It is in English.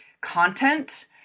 content